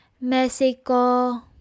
Mexico